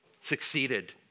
succeeded